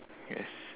yes